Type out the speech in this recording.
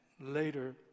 later